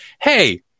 hey